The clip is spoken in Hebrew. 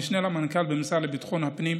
המשנה למנכ"ל במשרד לביטחון הפנים,